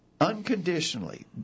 unconditionally